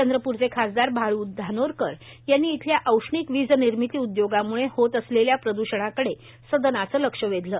चंद्रपुरचे खासदार बाळू धानोरकर यांनी इथल्या औष्णिक वीज निर्मिती उद्योगाम्ळे होत असलेल्या प्रद्षणाकडे सदनाचं लक्ष वेधलं